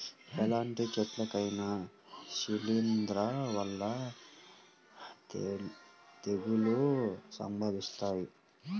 ఎలాంటి చెట్లకైనా శిలీంధ్రాల వల్ల తెగుళ్ళు సంభవిస్తాయి